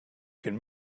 can